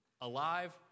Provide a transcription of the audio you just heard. alive